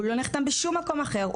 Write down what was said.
הוא לא נחתם בשום מקום אחר,